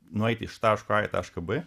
nueiti iš taško a į tašką b